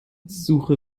suche